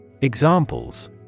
Examples